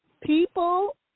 people